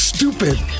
Stupid